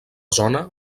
zona